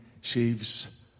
sheaves